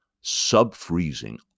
sub-freezing